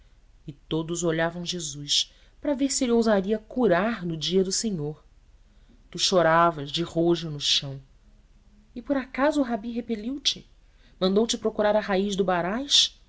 e todos olhavam jesus para ver se ele ousaria curar no dia do senhor tu choravas de rojo no chão e por acaso o rabi repeliu te mandou te procurar a raiz do baraz